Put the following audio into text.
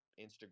Instagram